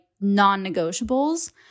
non-negotiables